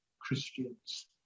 Christians